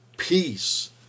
peace